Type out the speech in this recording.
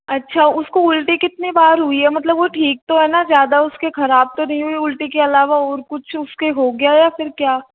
अच्छा उसको उल्टी कितनी बार हुई है मतलब वो ठीक तो है ना ज़्यादा उसके खराब तो नहीं हुई उल्टी के अलावा और कुछ उसके हो गया या फिर क्या